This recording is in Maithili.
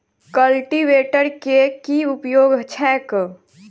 कल्टीवेटर केँ की उपयोग छैक?